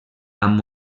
amb